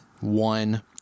one